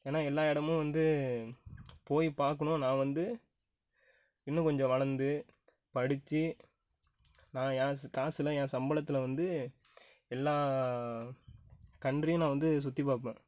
ஏனா எல்லா எடமும் வந்து போய் பார்க்குணும் நான் வந்து இன்னும் கொஞ்சம் வளர்ந்து படிச்சு நான் என் ஸ் காசுலாம் என் சம்பளத்தில் வந்து எல்லா கன்ட்ரியும் நான் வந்து சுற்றி பார்ப்பேன்